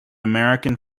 american